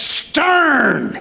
stern